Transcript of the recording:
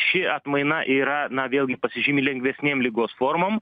ši atmaina yra na vėlgi pasižymi lengvesnėm ligos formom